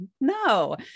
No